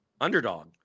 underdog